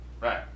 Right